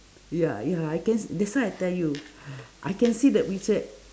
ya ya I can s~ that's why I tell you I can see that picture